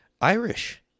Irish